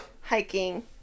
hiking